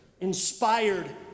inspired